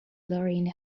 lorraine